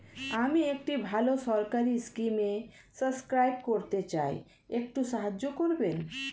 আমি একটি ভালো সরকারি স্কিমে সাব্সক্রাইব করতে চাই, একটু সাহায্য করবেন?